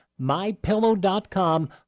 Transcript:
MyPillow.com